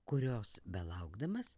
kurios belaukdamas